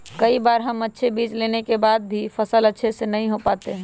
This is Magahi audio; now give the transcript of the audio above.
कई बार हम अच्छे बीज लेने के बाद भी फसल अच्छे से नहीं हो पाते हैं?